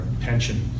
pension